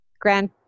Grand